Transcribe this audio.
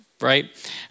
right